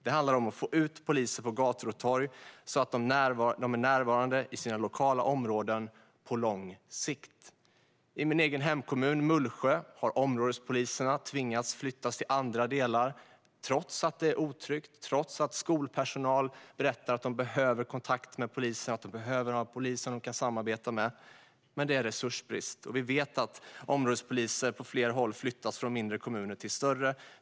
Det handlar om att få ut poliser på gator och torg så att de är närvarande i sina lokala områden på lång sikt. I min egen hemkommun Mullsjö har områdespoliserna tvingats flytta, trots att det är otryggt och trots att skolpersonal berättar att de behöver poliser de kan samarbeta med - men det är resursbrist. Vi vet att områdespoliser på flera håll flyttas från mindre kommuner till större.